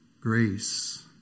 grace